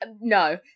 no